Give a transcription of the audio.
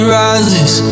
rises